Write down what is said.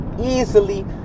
easily